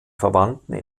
verwandten